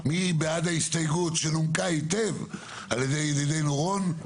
מי בעד ההסתייגות שנומקה היטב על ידי ידידנו רון.